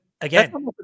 Again